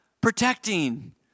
protecting